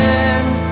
end